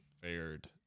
fared